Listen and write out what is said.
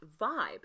vibe